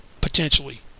potentially